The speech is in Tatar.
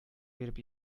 биреп